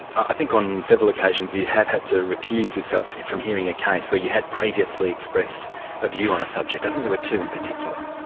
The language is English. i think on several occasions you have had to recuse yourself from hearing a case where you had previously expressed a view on a subject i think there were two in particular.